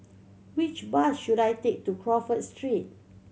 which bus should I take to Crawford Street